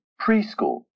preschool